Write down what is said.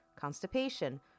constipation